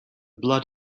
blood